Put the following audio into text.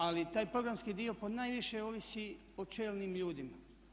Ali taj programski dio ponajviše ovisi o čelnim ljudima.